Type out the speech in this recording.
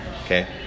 Okay